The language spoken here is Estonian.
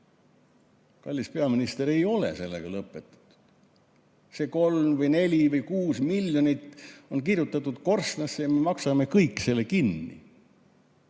Kallis peaminister, ei ole sellega lõpetatud! See 3 või 4 või 6 miljonit on kirjutatud korstnasse ja me maksame kõik kinni.